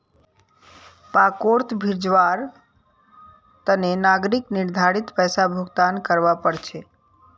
पार्कोंत भी जवार तने नागरिकक निर्धारित पैसा भुक्तान करवा पड़ छे